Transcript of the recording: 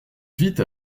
vite